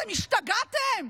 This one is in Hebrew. אתם השתגעתם?